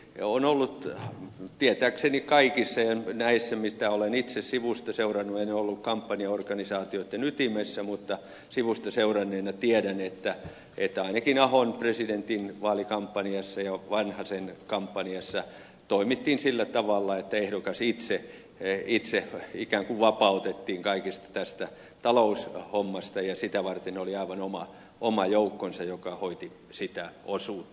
eli on ollut tietääkseni kaikissa näissä kampanjoissa mitä olen itse sivusta seurannut en ole ollut kampanjaorganisaatioitten ytimessä mutta sivusta seuranneena tiedän että ainakin ahon presidentinvaalikampanjassa ja vanhasen kampanjassa toimittiin sillä tavalla että ehdokas itse ikään kuin vapautettiin kaikesta tästä taloushommasta ja sitä varten oli aivan oma joukkonsa joka hoiti sitä osuutta